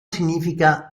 significa